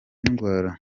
ndwara